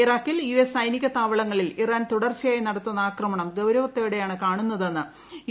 ഇറാഖിൽ U S സൈനിക താവളങ്ങളിൽ ഇറാൻ തുടർച്ചയായി നടത്തുന്ന ആക്രമണം ഗൌരവത്തോടെയാണ് കാണുന്നതെന്ന് യു